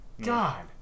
god